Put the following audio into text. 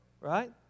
Right